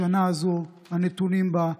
השנה הזו, הנתונים בה,